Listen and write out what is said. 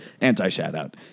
anti-shout-out